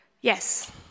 Yes